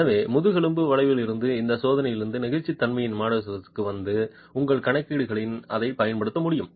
எனவே முதுகெலும்பு வளைவிலிருந்து இந்த சோதனையிலிருந்து நெகிழ்ச்சித்தன்மையின் மாடுலஸுக்கு வந்து உங்கள் கணக்கீடுகளில் அதைப் பயன்படுத்த முடியும்